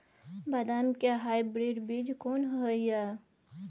बदाम के हाइब्रिड बीज कोन होय है?